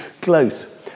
close